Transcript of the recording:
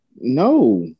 No